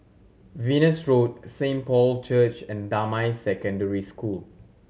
Venus Road Saint Paul Church and Damai Secondary School